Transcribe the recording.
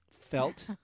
felt